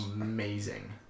Amazing